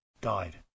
died